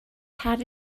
had